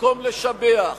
במקום לשבח,